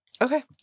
Okay